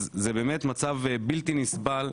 אז זה באמת מצב בלתי נסבל,